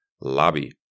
lobby